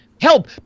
Help